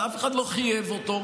אף אחד לא חייב אותו.